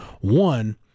one